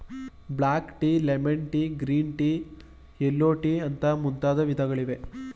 block tea, lemon tea, green tea, yellow tea ಅಂತ ಮುಂತಾದ ವಿಧಗಳಿವೆ